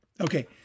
Okay